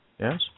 Yes